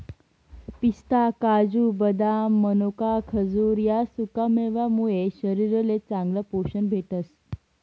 पिस्ता, काजू, बदाम, मनोका, खजूर ह्या सुकामेवा मुये शरीरले चांगलं पोशन भेटस